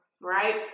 Right